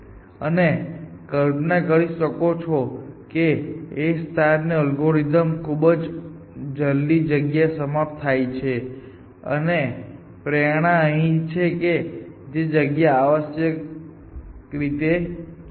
અને તમે કલ્પના કરી શકો છો કે A અલ્ગોરિધમમાં ખૂબ જ જલદી જગ્યા સમાપ્ત થાય છે તો પ્રેરણા અહીં એ છે કે એક જગ્યા આવશ્યકરીતે કહેવું